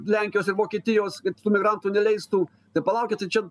lenkijos ir vokietijos kad tų migrantų neleistų tai palaukit tai čia